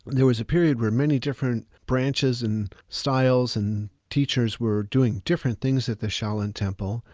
there was a period where many different branches and styles and teachers were doing different things at the shaolin temple,